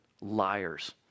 liars